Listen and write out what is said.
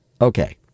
okay